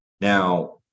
Now